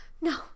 no